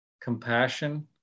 compassion